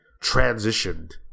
transitioned